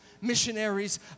missionaries